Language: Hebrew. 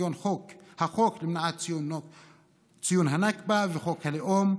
כגון החוק למניעת ציון הנכבה וחוק הלאום,